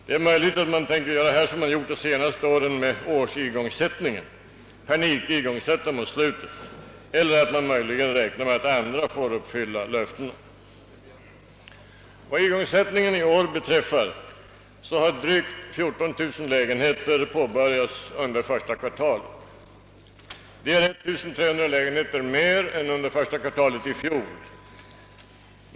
Det är möjligt att man tänker göra som man gjort de senaste åren med årsigångsättningen — panikigångsätta mot slutet eller att man räknar med att andra får uppfylla löftena. Vad igångsättningen i år beträffar har drygt 14000 lägenheter påbörjats under första kvartalet. Det är 1300 lägenheter mer än under första kvartalet 1 fjol.